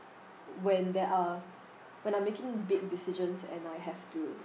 when there are when I'm making big decisions and I have to